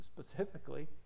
specifically